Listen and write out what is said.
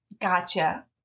Gotcha